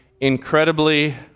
incredibly